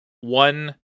one